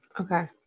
Okay